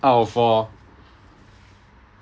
out of four